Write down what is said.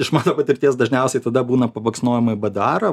iš mano patirties dažniausiai tada būna pabaksnojimai į bdarą